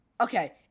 Okay